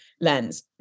lens